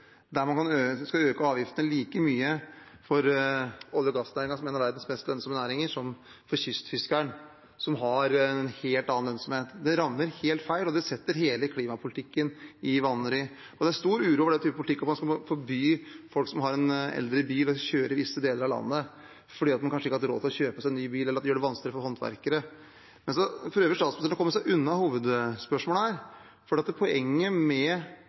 der man skal øke avgiftene like mye for olje- og gassnæringen, som er en av verdens mest lønnsomme næringer, som for kystfiskeren, som har en helt annen lønnsomhet. Det rammer helt feil, og det setter hele klimapolitikken i vanry. Det er også stor uro over den typen politikk som vil forby folk som har en eldre bil, å kjøre i visse deler av landet, fordi man kanskje ikke har hatt råd til å kjøpe seg ny bil. Det gjør det også vanskeligere for håndverkere. Statsministeren prøver å komme seg unna hovedspørsmålet her, for poenget med mitt spørsmål er at